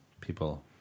people